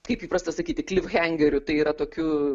kaip įprasta sakyti klivhengeriu tai yra tokiu